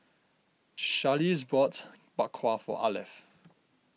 Charlize bought Bak Kwa for Arleth